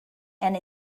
and